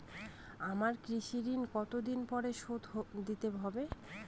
আমার কৃষিঋণ কতদিন পরে শোধ দিতে হবে?